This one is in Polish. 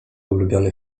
ulubiony